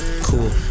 Cool